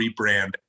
rebrand